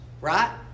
right